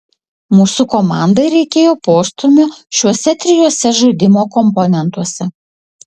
mūsų komandai reikėjo postūmio šiuose trijuose žaidimo komponentuose